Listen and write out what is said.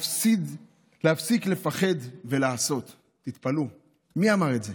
מי אמר את זה?